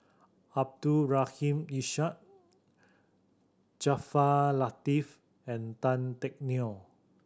Abdul Rahim Ishak Jaafar Latiff and Tan Teck Neo